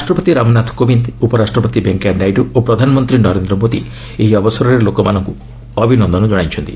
ରାଷ୍ଟ୍ରପତି ରାମନାଥ କୋବିନ୍ଦ ଉପରାଷ୍ଟ୍ରପତି ଭେଙ୍କୟାନାଇଡୁ ଓ ପ୍ରଧାନମନ୍ତ୍ରୀ ନରେନ୍ଦ୍ର ମୋଦି ଏହି ଅବସରରେ ଲୋକମାନଙ୍କୁ ଅଭିନନ୍ଦନ ଜଣାଇଛନ୍ତି